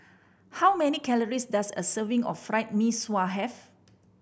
how many calories does a serving of Fried Mee Sua have